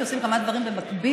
כשעושים כמה דברים במקביל,